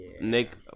Nick